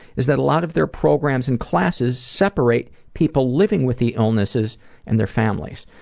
is that a lot of their programs and classes separate people living with the illnesses and their families.